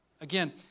Again